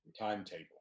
timetable